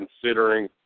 considering